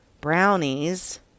brownies